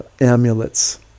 amulets